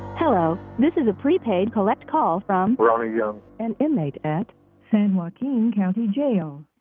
hello, this is a prepaid collect call from ronnie young an inmate at san joaquin county jail.